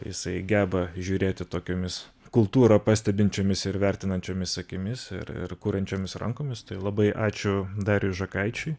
jisai geba žiūrėti tokiomis kultūrą pastebinčiomis ir vertinančiomis akimis ir ir kuriančiomis rankomis tai labai ačiū dariui žakaičiui